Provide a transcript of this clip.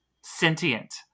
sentient